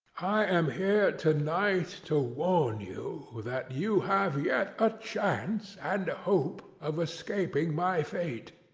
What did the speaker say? i am here to-night to warn you, that you have yet a chance and hope of escaping my fate.